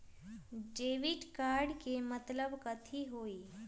Debit card के मतलब कथी होई?